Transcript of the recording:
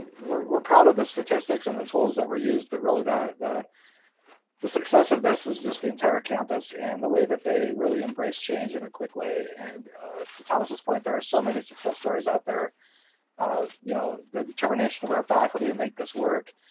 we're proud of the statistics and the tools that were used, but really the the success of this is just the entire campus and the way that they really embraced change in a quick way. and to thomas's point, there are so many success stories out there you know the determination of our faculty to make this work,